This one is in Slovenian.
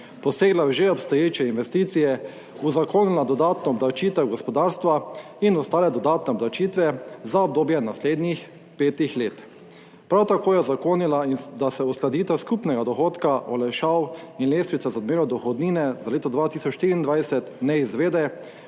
posegla v že obstoječe investicije, uzakonila dodatno obdavčitev gospodarstva in ostale dodatne obdavčitve za obdobje naslednjih petih let. Prav tako je uzakonila, da se uskladitev skupnega dohodka, olajšav in lestvice za odmero dohodnine za leto 2024 ne izvede,